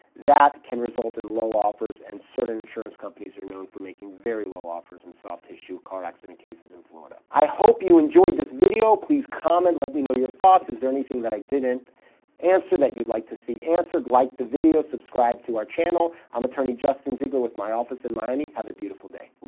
that can result in low offers, and certain insurance companies are known for making very low offers in soft tissue car accident cases in florida. i hope you enjoyed this video. please comment, let me know your thoughts. is there anything that i didn't answer that you'd like to see answered? like the video, subscribe to our channel. i'm attorney justin ziegler with my office in miami. have a beautiful day.